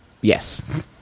Yes